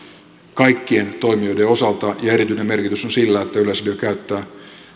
kaikkien toimijoiden osalta erityinen merkitys on sillä että yleisradio käyttää